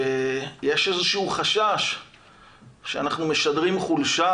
שיש איזה שהוא חשש שאנחנו משדרים חולשה